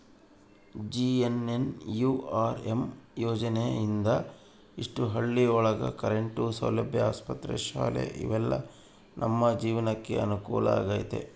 JNNURM ಯೋಜನೆ ಇಂದ ಎಷ್ಟೋ ಹಳ್ಳಿ ಒಳಗ ಕರೆಂಟ್ ಸೌಲಭ್ಯ ಆಸ್ಪತ್ರೆ ಶಾಲೆ ಇವೆಲ್ಲ ನಮ್ ಜೀವ್ನಕೆ ಅನುಕೂಲ ಆಗೈತಿ